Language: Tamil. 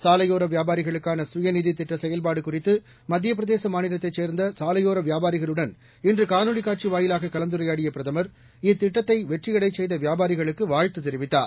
சாலையோர வியாபாரிகளுக்கான சுயநிதி திட்ட செயல்பாடு குறித்து மத்தியப்பிரதேச மாநிலத்தைச் சேர்ந்த சாலையோர வியாபாரிகளுடன் இன்று காணொலிக் காட்சி வாயிலாக கலந்துரையாடிய பிரதமர் இத்திட்டத்தை வெற்றியடையச் செய்த வியாபாரிகளுக்கு வாழ்த்து தெரிவித்தார்